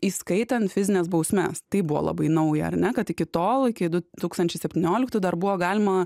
įskaitant fizines bausmes tai buvo labai nauja ar ne kad iki tol iki du tūkstančiai septynioliktų dar buvo galima